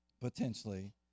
potentially